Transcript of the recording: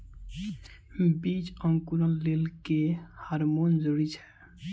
बीज अंकुरण लेल केँ हार्मोन जरूरी छै?